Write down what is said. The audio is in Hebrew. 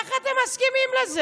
אז איך אתם מסכימים לזה?